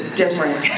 different